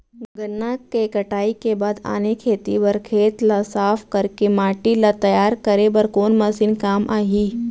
गन्ना के कटाई के बाद आने खेती बर खेत ला साफ कर के माटी ला तैयार करे बर कोन मशीन काम आही?